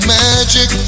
magic